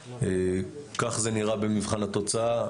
כך זה נראה במבחן התוצאה,